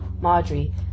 Marjorie